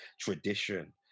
tradition